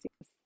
yes